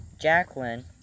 Jacqueline